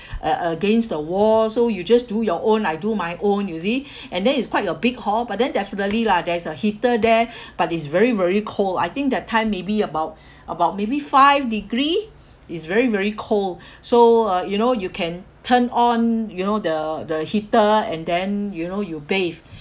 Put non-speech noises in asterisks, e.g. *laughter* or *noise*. uh against the wall so you just do your own I do my own you see *breath* and then it's quite a big hall but then definitely lah there's a heater there *breath* but it's very very cold I think that time maybe about *breath* about maybe five degree it's very very cold *breath* so uh you know you can turn on you know the the heater and then you know you bathe